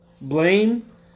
blame